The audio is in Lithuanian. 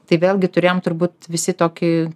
tai vėlgi turėjom turbūt visi tokį